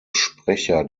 sprecher